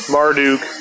Marduk